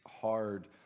hard